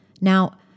Now